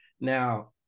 now